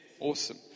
awesome